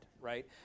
right